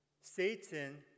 satan